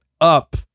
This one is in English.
up